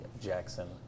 Jackson